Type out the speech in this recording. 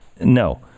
No